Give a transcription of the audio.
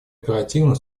оперативно